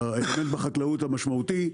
המשמעותי בחקלאות,